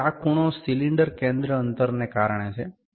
તેથી આ ખૂણો સિલિન્ડર કેન્દ્ર અંતરને કારણે છે